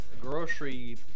grocery